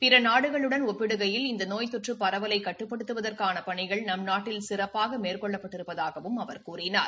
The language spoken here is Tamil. பிற நாடுகளுடன் ஒபபிடுகையில் இந்த நோய் தொற்று பரவலை கட்டுப்படுத்துவதற்கான பணிகள் நம் நாட்டில் சிறப்பாக மேற்கொள்ளப் பட்டிருப்பதாகவும் அவர் கூறினார்